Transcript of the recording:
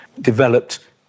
developed